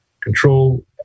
control